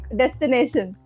destination